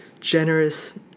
generous